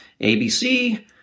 ABC